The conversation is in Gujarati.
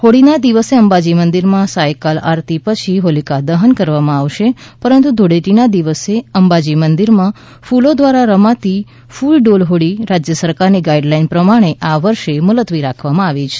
હોળીના દિવસે અંબાજી મંદિરમાં સાંયકાલ આરતી પછી હોલિકા દહન કરવામાં આવશે પરંતુ ધુળેટીના દિવસે અંબાજી મંદિરમાં ફૂલો દ્વારા રમાતી ફૂલડોલ હોળી રાજ્ય સરકારની ગાઇડલાઇન પ્રમાણે આ વર્ષે મુલતવી રાખવામાં આવી છે